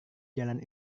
jalan